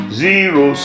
zero